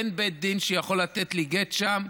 אין בית דין שיכול לתת לי גט שם,